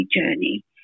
journey